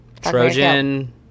Trojan